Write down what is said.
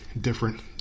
different